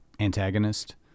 Antagonist